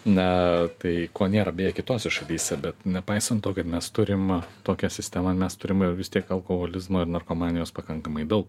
na tai ko nėra beje kitose šalyse bet nepaisant to kad mes turim tokią sistemą mes turime vis tiek alkoholizmo ir narkomanijos pakankamai daug